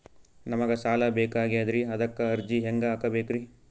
ನಮಗ ಸಾಲ ಬೇಕಾಗ್ಯದ್ರಿ ಅದಕ್ಕ ಅರ್ಜಿ ಹೆಂಗ ಹಾಕಬೇಕ್ರಿ?